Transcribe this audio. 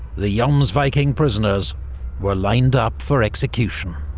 the jomsviking prisoners were lined up for execution.